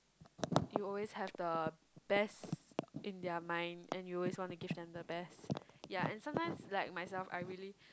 you always have the best in their mind and you always want to give them the best yea and sometime like myself I really